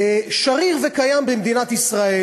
שרירה וקיימת במדינת ישראל.